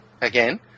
again